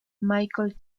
michael